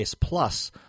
Plus